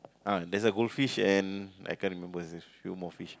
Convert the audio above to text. ah there's a goldfish and I can't remember there's a few more fish